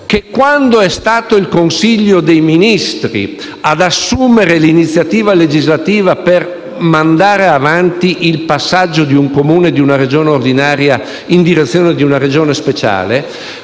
che, quando è stato il Consiglio dei ministri ad assumere l'iniziativa legislativa per mandare avanti il passaggio di un Comune di una Regione ordinaria in direzione di una Regione a